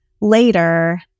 later